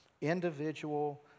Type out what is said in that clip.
individual